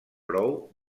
prou